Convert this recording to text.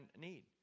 need